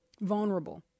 Vulnerable